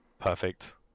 perfect